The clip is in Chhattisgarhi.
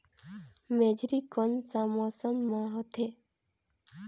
मेझरी कोन सा मौसम मां होथे?